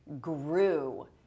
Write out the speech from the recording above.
grew